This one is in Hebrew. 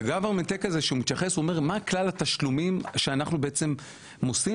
ה- Government takeשמתייחס אומר מה כלל התשלומים שאנחנו בעצם מוסים?